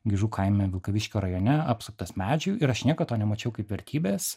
gižų kaime vilkaviškio rajone apsuptas medžių ir aš niekad to nemačiau kaip vertybės